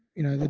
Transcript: you know,